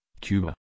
Cuba